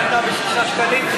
שעלתה ב-6 שקלים,